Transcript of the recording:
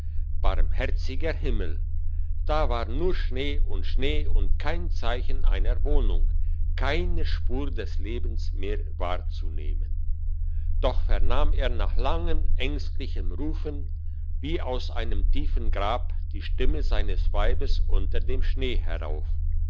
barmherziger himmel da war nur schnee und schnee und kein zeichen einer wohnung keine spur des lebens mehr wahrzunehmen doch vernahm er nach langem ängstlichem rufen wie aus einem tiefen grab die stimme seines weibes unter dem schnee herauf